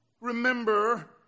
Remember